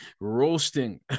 roasting